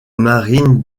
marine